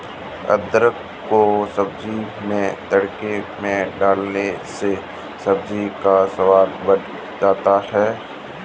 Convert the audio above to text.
अदरक को सब्जी में तड़के में डालने से सब्जी का स्वाद बढ़ जाता है